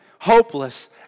hopeless